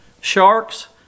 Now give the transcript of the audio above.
sharks